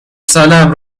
سالهام